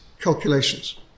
calculations